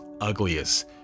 ugliest